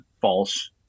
false